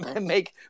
make